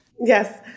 Yes